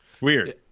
Weird